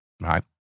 right